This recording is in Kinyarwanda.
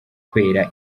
kwera